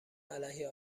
علیه